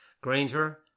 Granger